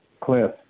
cliff